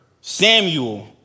Samuel